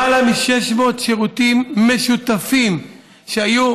למעלה מ-600 שירותים משותפים שהיו,